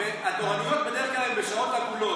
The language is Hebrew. התורנויות בדרך כלל הן בשעות עגולות.